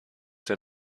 der